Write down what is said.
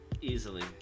easily